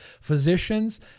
Physicians